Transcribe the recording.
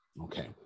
Okay